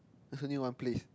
there's only one place